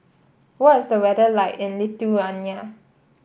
what is the weather like in Lithuania